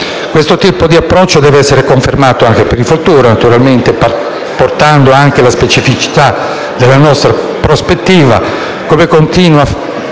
Questo tipo di approccio deve essere confermato anche per il futuro, naturalmente, portando anche la specificità della nostra prospettiva, come ha